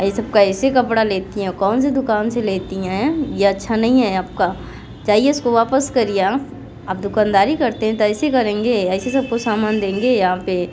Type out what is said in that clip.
ऐसे कैसे कपड़ा लेती हैं कौन से दुकान से लेती हैं ये अच्छा नहीं है आपका जाइए इसको वापस करिए आप आप दुकानदारी करते हैं तो ऐसे करेंगे ऐसे सामान देंगे आप यहाँ पे